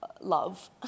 love